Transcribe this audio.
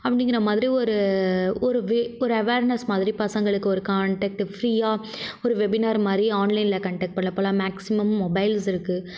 அப்படிங்கற மாதிரி ஒரு ஒரு ஒரு அவர்னஸ் மாதிரி பசங்களுக்கு ஒரு காண்டாக்ட் ஃப்ரீயாக ஒரு வெபினார் மாதிரி ஆன்லைனில் பண்ணலாம் மேக்ஸிமம் மொபைல்ஸ் இருக்குது